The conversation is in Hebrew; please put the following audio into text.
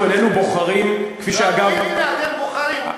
אנחנו איננו בוחרים כפי שאגב, אז הנה אתם בוחרים.